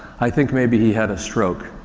i think maybe he had a stroke.